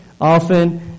Often